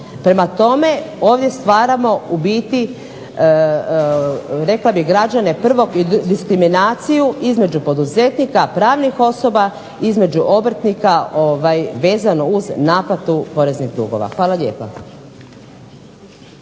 Prema tome, ovdje stvaramo u biti rekla bih građane diskriminaciju između poduzetnika pravnih osoba između obrtnika vezano uz naplatu poreznih dugova. Hvala lijepa.a